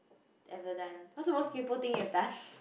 ever done what's the most K_P_O thing you've done